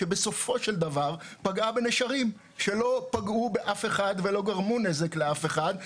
שבסופו של דבר פגעה בנשרים שלא פגעו באף אחד ולא גרמו נזק לאף אחד.